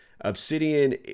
obsidian